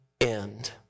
end